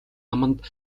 аманд